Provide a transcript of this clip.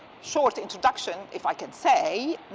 short introduction, if i can say,